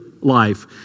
life